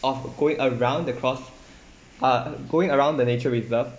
of going around the cross uh going around the nature reserve